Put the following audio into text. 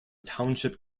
township